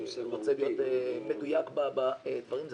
אני רוצה להיות מדויק בדברים.